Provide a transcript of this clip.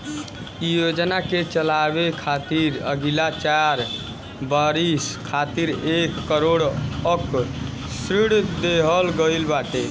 इ योजना के चलावे खातिर अगिला चार बरिस खातिर एक करोड़ कअ ऋण देहल गईल बाटे